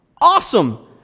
awesome